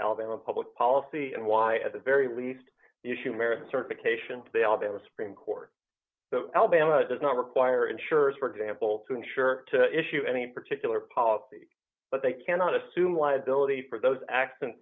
alabama public policy and why at the very least you should merit certification to the alabama supreme court the alabama does not require insurers for example to insure to issue any particular policy but they cannot assume liability for those accident